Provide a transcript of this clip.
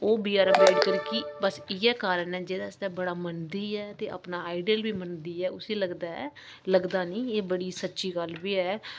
ओह् B R Ambedkar गी बस इयै कारण ऐ जेह्दे आस्तै बड़ा मनदी ऐ ते अपना आइडल बी मनदी ऐ उसी लगदा ऐ लगदा निं एह् बड़ी सच्ची गल्ल बी ऐ